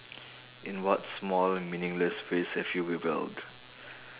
in what small meaningless ways have you rebelled